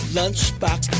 lunchbox